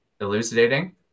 elucidating